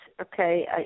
okay